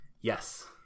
Yes